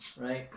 right